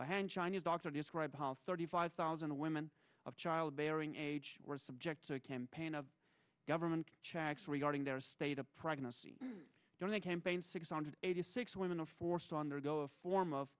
thousand hand chinese doctor describe thirty five thousand women of child bearing age were subject to a campaign of government checks regarding their state of pregnancy don't campaign six hundred eighty six women are forced on their go a form of